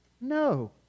No